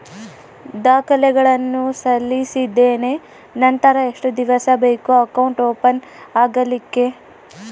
ದಾಖಲೆಗಳನ್ನು ಸಲ್ಲಿಸಿದ್ದೇನೆ ನಂತರ ಎಷ್ಟು ದಿವಸ ಬೇಕು ಅಕೌಂಟ್ ಓಪನ್ ಆಗಲಿಕ್ಕೆ?